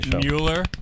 Mueller